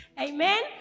Amen